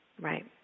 Right